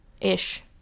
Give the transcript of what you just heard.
Ish